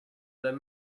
their